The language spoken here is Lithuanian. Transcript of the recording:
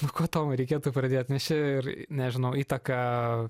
nuo ko tomai reikėtų pradėt nes čia ir nežinau įtaka